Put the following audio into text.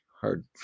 Hard